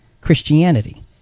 Christianity